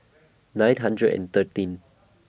nine hundred and thirteen